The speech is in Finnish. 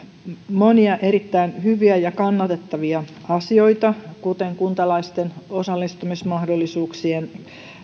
monia erittäin hyviä ja kannatettavia asioita kuten kuntalaisten osallistumismahdollisuuksien